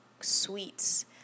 sweets